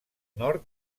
nord